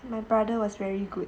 my brother was very good